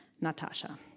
Natasha